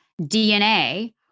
DNA